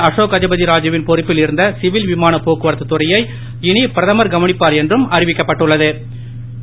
அசோக் கஜபதி ராஜு வின் பொறுப்பில் இருந்த சிவில் விமான போக்குவரத்துத் துறையை இனி பிரதமர் கவனிப்பார் என்றும் அறிவிக்கப்பட்டுள்ள து